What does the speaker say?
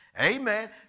Amen